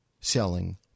selling